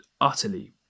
utterly